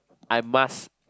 I must